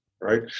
right